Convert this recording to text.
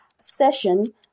session